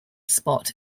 spot